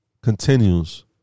continues